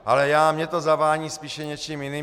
Ale mně to zavání spíše něčím jiným.